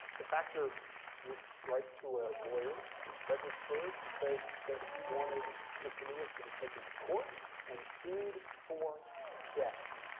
the factor would write to a lawyer in fredericksburg to say that he wanted mr. lewis to be taken to court and sued for debt.